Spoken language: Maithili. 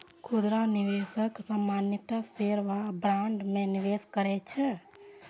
खुदरा निवेशक सामान्यतः शेयर आ बॉन्ड मे निवेश करै छै